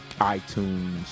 iTunes